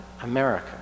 America